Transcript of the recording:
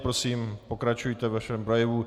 Prosím, pokračujte ve svém projevu.